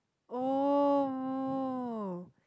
oh